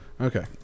Okay